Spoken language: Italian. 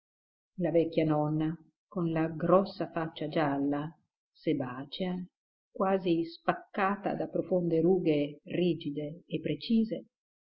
la vecchia nonna con la grossa faccia gialla sebacea quasi spaccata da profonde rughe rigide e precise